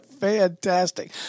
Fantastic